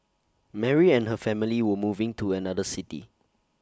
Mary and her family were moving to another city